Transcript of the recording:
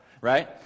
right